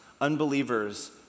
unbelievers